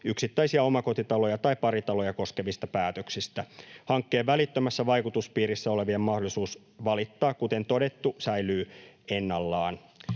yksittäisiä omakotitaloja tai paritaloja koskevista päätöksistä. Hankkeen välittömässä vaikutuspiirissä olevien mahdollisuus valittaa, kuten todettu, säilyy ennallaan.